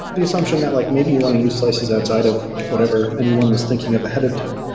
the assumption that like maybe you want to use slices outside of whatever, anyone was thinking of ahead of time.